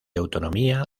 autonomía